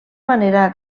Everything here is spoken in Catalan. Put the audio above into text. manera